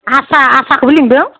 आसा आसाखौबो लिंदों